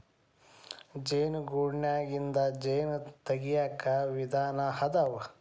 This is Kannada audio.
ಜೇನು ಗೂಡನ್ಯಾಗಿಂದ ಜೇನ ತಗಿಯಾಕ ವಿಧಾನಾ ಅದಾವ